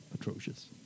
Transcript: atrocious